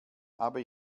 habe